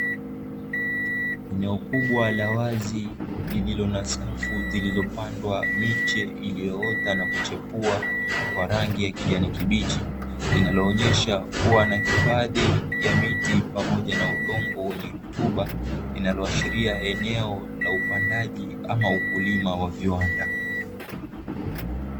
Eneo kubwa la wazi lililo na safu zilizopandwa miche iliyoota na kuchipua kwa rangi ya kijani kibichi. Linaloonyesha kuwa na hifadhi ya miti pamoja na udongo wenye rutuba, linaloashiria eneo la upandaji ama ukulima wa viwanda.